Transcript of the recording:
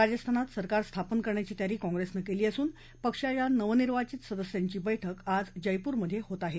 राजस्थानात सरकार स्थापन करण्याची तयारी कॉंप्रेसनं केली असून पक्षाच्या नवनिवांचित सदस्यांची बैठक आज जयपूरमधे होत आहे